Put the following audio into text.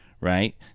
right